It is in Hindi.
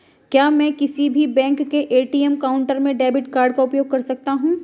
क्या मैं किसी भी बैंक के ए.टी.एम काउंटर में डेबिट कार्ड का उपयोग कर सकता हूं?